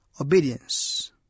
obedience